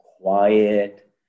quiet